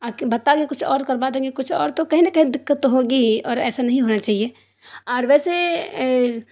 آخر بتا کے کچھ اور کروا دیں گے کچھ اور تو کہیں نہ کہیں دقت تو ہوگی ہی اور ایسا نہیں ہونا چاہیے اور ویسے